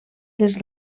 les